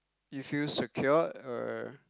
you feel secured or